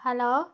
hello